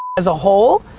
as a whole,